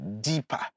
deeper